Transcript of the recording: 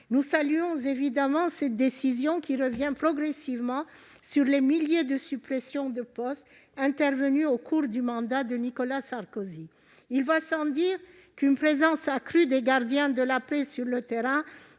Nous saluons, évidemment, cette décision qui revient progressivement sur les milliers de suppressions de postes intervenues au cours du mandat de Nicolas Sarkozy. Il va sans dire qu'une présence accrue des gardiens de la paix sur le terrain